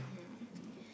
hmm